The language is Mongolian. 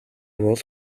бол